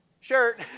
shirt